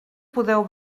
podeu